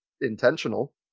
intentional